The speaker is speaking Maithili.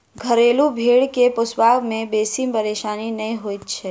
घरेलू भेंड़ के पोसबा मे बेसी परेशानी नै होइत छै